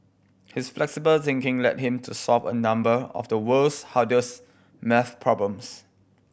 his flexible thinking led him to solve a number of the world's hardest maths problems